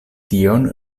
tion